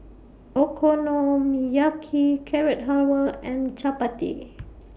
Okonomiyaki Carrot Halwa and Chapati